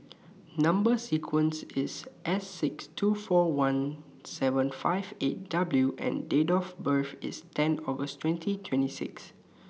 Number sequence IS S six two four one seven five eight W and Date of birth IS ten August twenty twenty six